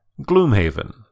Gloomhaven